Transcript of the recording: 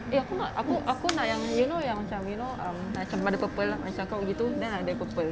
eh aku nak aku nak yang you know yang macam you know um ada purple macam kau gitu then ada purple